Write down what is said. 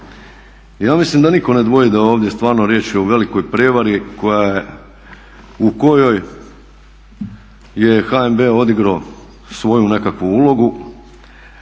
Ja mislim da nitko ne dvoji da je ovdje stvarno riječ o velikoj prevari u kojoj je HNB odigrao svoju nekakvu ulogu.